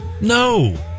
No